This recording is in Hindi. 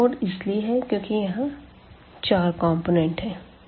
R4इसलिए है क्योंकि यहाँ 4 कंपोनेंट्स है